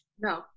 No